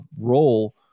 role